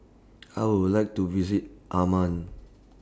I Would like to visit Amman